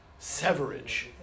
severage